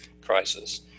crisis